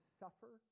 suffer